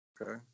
Okay